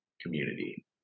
community